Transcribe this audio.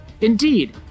Indeed